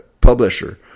publisher